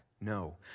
No